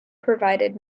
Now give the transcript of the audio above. provided